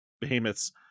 behemoths